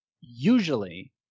usually